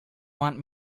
want